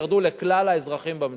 ירדו לכלל האזרחים במדינה.